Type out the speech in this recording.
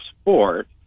sport